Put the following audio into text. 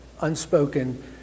unspoken